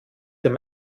dem